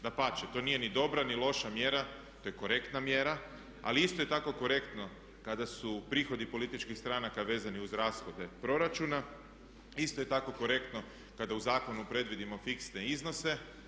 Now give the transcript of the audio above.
Dapače, to nije ni dobra, ni loša mjera, to je korektna mjera ali isto je tako korektno kada su prihodi političkih stranaka vezani uz rashode proračuna, isto je tako korektno kada u zakonu predvidimo fiksne iznose.